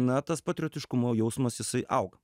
na tas patriotiškumo jausmas jisai auga